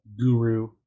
guru